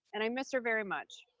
and i miss her very much.